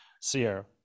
sierra